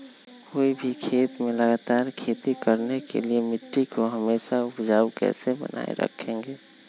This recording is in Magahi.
कोई भी खेत में लगातार खेती करने के लिए मिट्टी को हमेसा उपजाऊ कैसे बनाय रखेंगे?